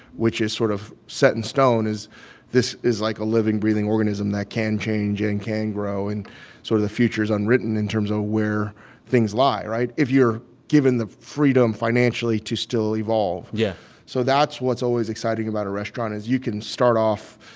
which is sort of set in stone, is this is, like, a living, breathing organism that can change and can grow, and sort of the future's unwritten in terms of where things lie right? if you're given the freedom financially to still evolve yeah so that's what's always exciting about a restaurant, is you can start off,